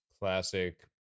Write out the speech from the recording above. classic